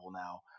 now